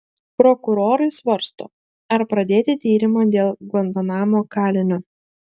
prokurorai svarsto ar pradėti tyrimą dėl gvantanamo kalinio